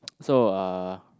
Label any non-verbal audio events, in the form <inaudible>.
<noise> so uh